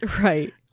right